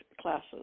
classes